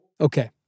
Okay